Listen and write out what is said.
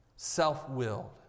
Self-willed